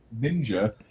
ninja